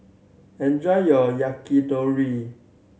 enjoy your Yakitori